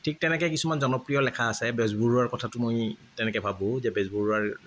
ঠিক তেনেকে কিছুমান জনপ্ৰিয় লেখা আছে বেজবৰুৱাৰ কথাটো মই তেনেকে ভাবোঁ যে বেজবৰুৱাৰ